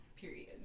Period